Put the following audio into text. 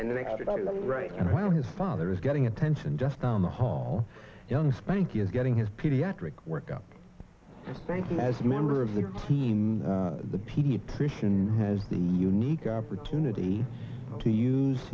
and they got it right and while his father is getting attention just down the hall young spankie is getting his pediatric work up thanks as a member of the team the pediatrician has the unique opportunity to use